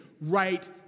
right